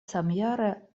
samjare